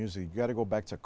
music got to go back to